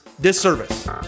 disservice